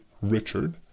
Richard